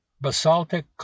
basaltic